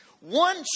One